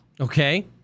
Okay